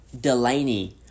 Delaney